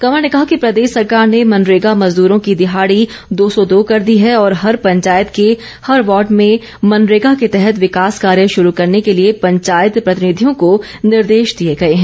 कंवर ने कहा कि प्रदेश सरकार ने मनरेगा मजदरों की दिहाड़ी दो सौ दो कर दी है और हर पंचायत के हर वार्ड में मनरेगा के तहत विकास कार्य शुरू करने के लिए पंचायत प्रतिनिधियों को निर्देश दिए गए हैं